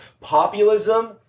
populism